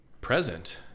present